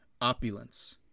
opulence